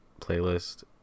playlist